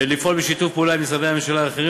לפעול בשיתוף פעולה עם משרדי הממשלה האחרים